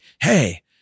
hey